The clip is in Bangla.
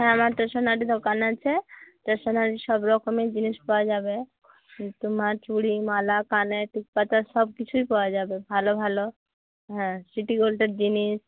হ্যাঁ আমার স্টেশনারি দোকান আছে স্টেশনারি সব রকমের জিনিস পাওয়া যাবে তোমার চুরি মালা কানের টিপ পাতা সব কিছুই পাওয়া যাবে ভালো ভালো হ্যাঁ সিটি গোল্ডের জিনিস